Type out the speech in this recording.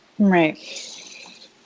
Right